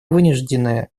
вынуждены